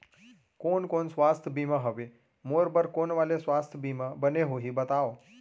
कोन कोन स्वास्थ्य बीमा हवे, मोर बर कोन वाले स्वास्थ बीमा बने होही बताव?